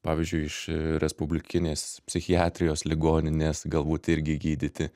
pavyzdžiui iš respublikinės psichiatrijos ligoninės galbūt irgi gydyti